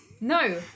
No